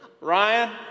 Ryan